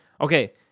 Okay